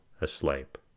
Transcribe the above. asleep